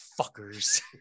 fuckers